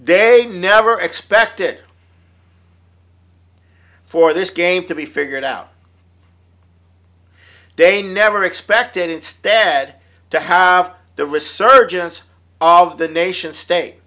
they never expected for this game to be figured out they never expected instead to have the resurgent of the nation state